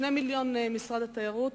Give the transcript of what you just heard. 2 מיליוני שקלים, משרד התיירות,